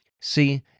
See